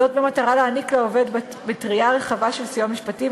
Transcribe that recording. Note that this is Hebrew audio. זאת במטרה להעניק לעובד מטרייה רחבה של סיוע משפטי,